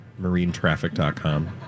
Marinetraffic.com